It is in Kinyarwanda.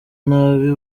nabi